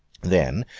then,